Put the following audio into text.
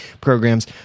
programs